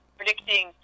predicting